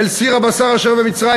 אם לחזור אל סיר הבשר אשר במצרים,